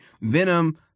Venom